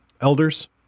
Elders